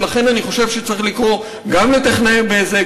ולכן אני חושב שצריך לקרוא גם לטכנאי "בזק",